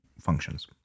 functions